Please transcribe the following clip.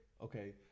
Okay